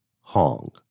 Hong